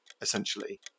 essentially